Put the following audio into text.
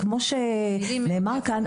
כפי שנאמר פה,